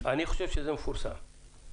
לדעתי, זה מפורסם.